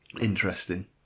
Interesting